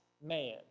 man